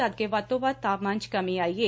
ਜਦਕਿ ਵੱਧ ਤੋਂ ਵੱਧ ਤਾਪਮਾਨ ਚ ਕਮੀ ਆਈ ਏ